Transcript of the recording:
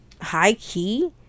high-key